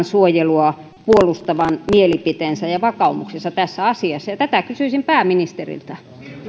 suojelua puolustavan mielipiteensä ja vakaumuksensa tässä asiassa tätä kysyisin pääministeriltä